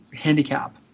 handicap